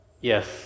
Yes